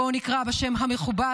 בואו נקרא לזה בשם המכובס,